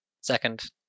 second